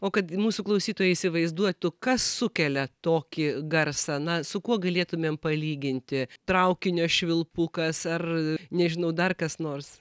o kad mūsų klausytojai įsivaizduotų kas sukelia tokį garsą na su kuo galėtumėm palyginti traukinio švilpukas ar nežinau dar kas nors